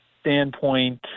standpoint